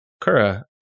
Kura